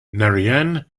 narayan